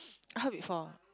I heard before